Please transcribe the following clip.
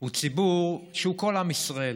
הוא ציבור שהוא כל עם ישראל,